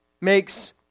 makes